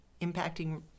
impacting